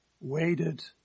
waited